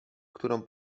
którą